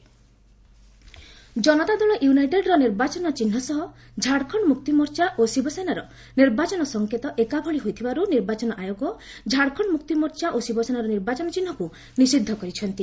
ବିହାର ଇଲେକୁନ ଜନତା ଦଳ ୟୁନାଇଟେଡ୍ର ନିର୍ବାଚନ ଚିହ୍ନ ସହ ଝାଡ଼ଖଣ୍ଡ ମୁକ୍ତି ମୋର୍ଚ୍ଚା ଓ ଶିବସେନାର ନିର୍ବାଚନ ସଂକେତ ଏକାଭଳି ହୋଇଥିବାରୁ ନିର୍ବାଚନ ଆୟୋଗ ଝାଡ଼ଖଣ୍ଡ ମୁକ୍ତିମୋର୍ଚ୍ଚା ଓ ଶିବସେନାର ନିର୍ବାଚନ ଚିହ୍ନକୁ ନିଷିଦ୍ଧ କରିଛନ୍ତି